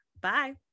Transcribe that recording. Bye